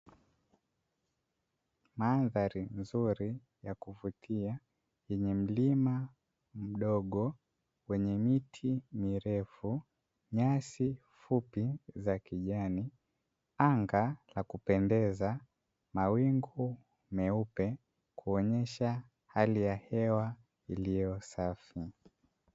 Mandhari nzuri ya kuvutia: yenye mlima mdogo; wenye miti mirefu, nyasi fupi za kijani, anga la kupendeza, mawingu meupe, kuonyesha hali ya hewa iliyo safi.